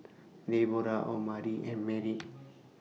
Deborrah Omari and Merritt